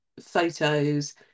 photos